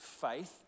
faith